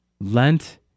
Lent